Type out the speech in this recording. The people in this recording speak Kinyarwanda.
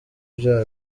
bya